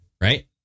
Right